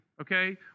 okay